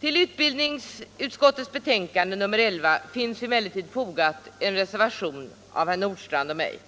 Vid utbildningsutskottets betänkande nr 11 finns emellertid fogad en reservation av herr Nordstrandh och mig.